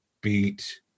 beat